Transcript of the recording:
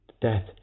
death